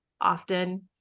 often